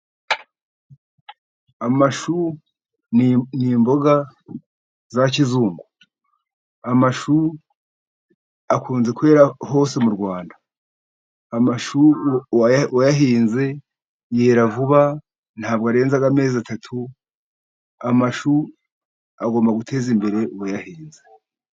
Amashu ni imboga za kizungu, amashu akunze kwera hose mu Rwanda. Amashu uwayahinze yera vuba ntabwo arenza amezi atatu, amashu agomba guteza imbere uwayahinze.